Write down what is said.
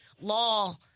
law